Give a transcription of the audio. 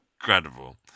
incredible